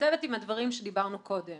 מתכתבת עם הדברים שדיברנו קודם,